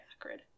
acrid